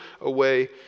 away